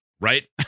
Right